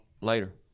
Later